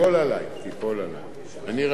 אני רגיל באשמות שנופלות עלי,